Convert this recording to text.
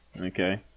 Okay